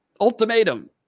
ultimatum